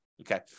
Okay